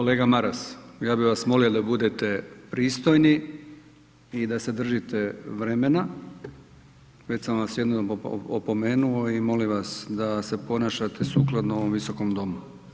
Kolega Maras, ja bi vas molio da budete pristojni i da se držite vremena, već sam vas jednom opomenuo i molim vas da se ponašate sukladno ovom Visokom domu.